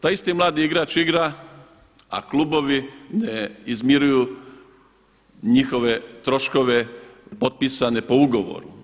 Taj isti mladi igrač igra a klubovi ne izmiruju njihove troškove potpisane po ugovoru.